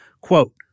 Quote